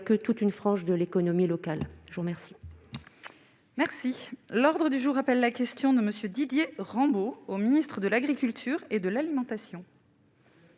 eux toute une frange de l'économie locale, je vous remercie.